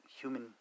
human